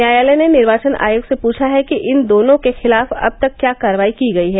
न्यायालय ने निर्वाचन आयोग से पूछा है कि इन दोनों के खिलाफ अब तक क्या कार्रवाई की गई है